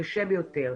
הוא קשה ביותר.